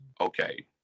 okay